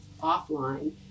offline